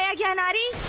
yeah ganpati,